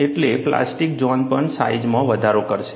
એટલે plastic zone પણ સાઈજમાં વધારો કરશે